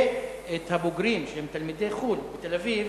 ואת הבוגרים, שהם תלמידי חו"ל, בתל-אביב,